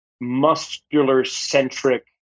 muscular-centric